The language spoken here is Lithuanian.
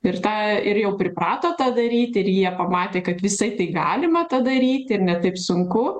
ir tą ir jau priprato tą daryti ir jie pamatė kad visai tai galima tą daryti ir ne taip sunku